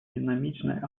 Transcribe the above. динамичной